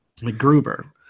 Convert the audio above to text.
McGruber